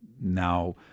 now